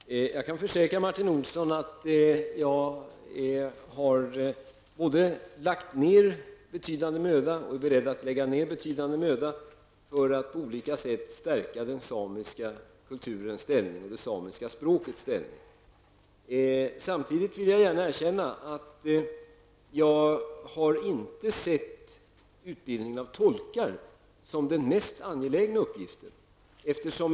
Herr talman! Jag kan försäkra Martin Olsson att jag både har lagt ned och är beredd att lägga ned betydande möda för att på olika sätt stärka den samiska kulturens och det samiska språkets ställning. Samtidigt vill jag gärna erkänna att jag inte har sett utbildningen av tolkar som den mest angelägna uppgiften.